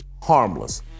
harmless